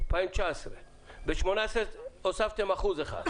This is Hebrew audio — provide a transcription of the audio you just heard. ב-2018 הוספתם אחוז אחד.